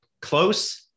close